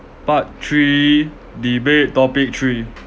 part three debate topic three